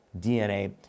DNA